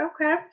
Okay